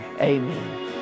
amen